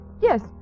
Yes